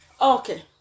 okay